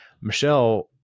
Michelle